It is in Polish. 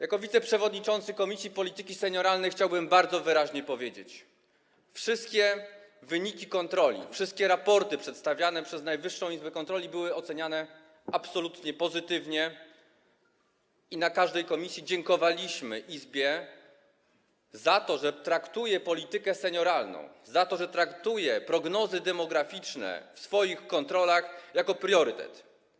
Jako wiceprzewodniczący Komisji Polityki Senioralnej chciałbym bardzo wyraźnie powiedzieć, że wszystkie wyniki kontroli, wszystkie raporty przedstawiane przez Najwyższą Izbę Kontroli były oceniane absolutnie pozytywnie i na każdym posiedzeniu komisji dziękowaliśmy Izbie za to, że traktuje politykę senioralną, prognozy demograficzne w swoich kontrolach jako priorytet.